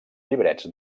llibrets